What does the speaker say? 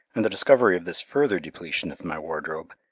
and the discovery of this further depletion of my wardrobe,